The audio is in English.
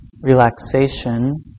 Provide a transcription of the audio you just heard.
relaxation